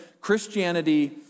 Christianity